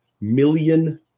million